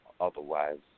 otherwise